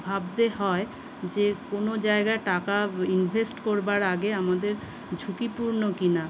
ভাবতে হয় যে কোনও জায়গায় টাকা ইনভেস্ট করবার আগে আমাদের ঝুঁকিপূর্ণ কিনা